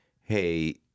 Hey